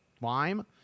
lime